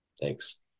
Thanks